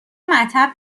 مطب